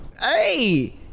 Hey